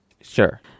Sure